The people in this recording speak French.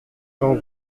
cent